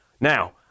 Now